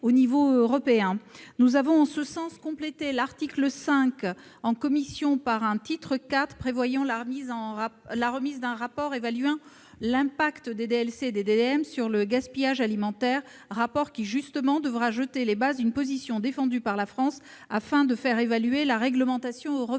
Nous avons, en ce sens, complété l'article 5 en commission par un IV prévoyant la remise d'un rapport évaluant l'impact des DLC et des DDM sur le gaspillage alimentaire, rapport qui devra précisément jeter les bases d'une position défendue par la France, afin de faire évoluer la réglementation européenne.